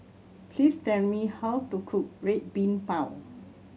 please tell me how to cook Red Bean Bao